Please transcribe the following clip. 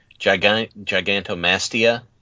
gigantomastia